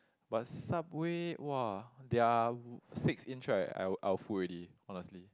but Subway !wah! their six inch right I will I will full already honestly